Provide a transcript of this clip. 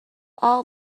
all